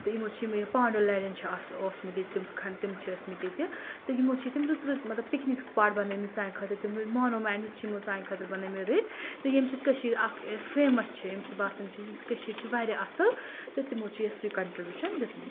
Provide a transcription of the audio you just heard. تہٕ یِمَو چھِ یِمَو یہِ پانٛڈول لَرِیٚن چھِ اوسمُت ییٚتہِ تِم تِم چھِ ٲسۍ مٕتۍ ییٚتہِ تہٕ یِمو چھِ تِم رٕژ رٕژ مطلب پِکنِک سٕپاٹ بَنٲومٕتۍ سانہِ خٲطرٕ تِم رٕتۍ مونومینڈٕز چھِ یِمو سانہِ خٲطرٕ بَنٲومٕتۍ رٔتۍ تہٕ ییٚمہِ سۭتۍ کٔشیٖر اکھ فیمَس چھِ ییٚمہِ سۭتۍ باسان چھِ کٔشیٖر چھِ واریاہ اَصٕل تہٕ تِمو چھِ یُس یہِ کَنٹربیوٗشَن دیُتمٕتۍ